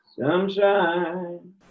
sunshine